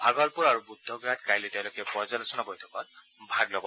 ভাগলপুৰ আৰু বৃদ্ধগয়াত কাইলৈ তেওঁলোকে পৰ্য্যালোচনা বৈঠকত ভাগ ল'ব